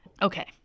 Okay